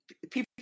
people